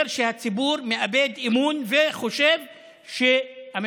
זה אומר שהציבור מאבד אמון וחושב שהממשלה